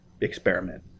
experiment